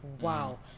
wow